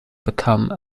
become